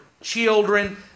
children